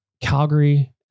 Calgary